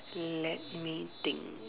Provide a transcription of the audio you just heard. let me think